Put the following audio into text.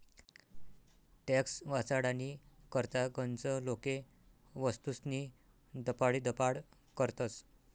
tax वाचाडानी करता गनच लोके वस्तूस्नी दपाडीदपाड करतस